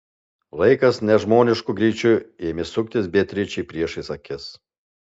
laikas nežmonišku greičiu ėmė suktis beatričei priešais akis